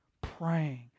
praying